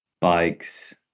bikes